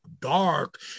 dark